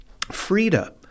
Frida